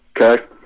okay